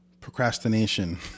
Procrastination